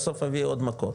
בסוף אביא עוד מקור,